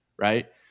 right